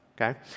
okay